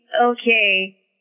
okay